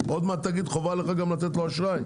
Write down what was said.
עוד מעט תגיד: חובה עליך גם לתת לו אשראי?